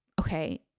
okay